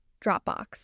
Dropbox